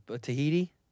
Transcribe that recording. Tahiti